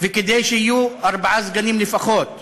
וכדי שיהיו ארבעה סגנים לפחות;